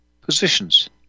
positions